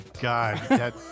god